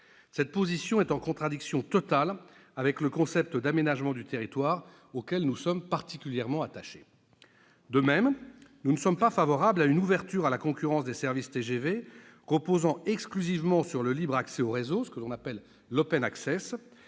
Cette position est en contradiction absolue avec le concept d'aménagement du territoire, auquel nous sommes particulièrement attachés. De même, nous ne sommes pas favorables à une ouverture à la concurrence des services TGV reposant exclusivement sur le libre accès au réseau, ce que l'on appelle l', car